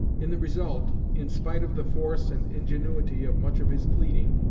in the result, in spite of the force and ingenuity of much of his pleading,